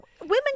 women